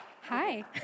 Hi